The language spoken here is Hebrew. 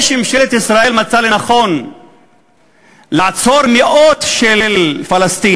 זה שממשלת ישראל מצאה לנכון לעצור מאות פלסטינים